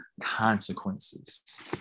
consequences